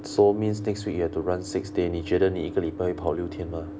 so means next week you have to run six day 你觉得你一个礼拜会跑六天吗